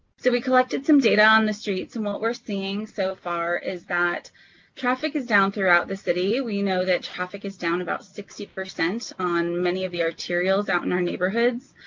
so we collected some data on the streets, and what we are seeing so far is that traffic is down throughout the city. we know traffic is down about sixty percent on many of the arterials out in our neighborhoods.